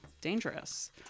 dangerous